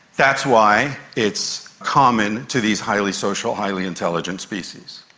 that's why it's common to these highly social, highly intelligent species.